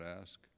ask